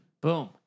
Boom